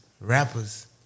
rappers